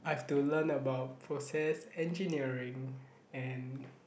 I've to learn about process engineering and